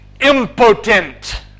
Impotent